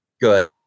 good